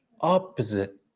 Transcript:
opposite